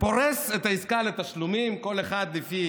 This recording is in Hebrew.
פורס את העסקה לתשלומים, כל אחד לפי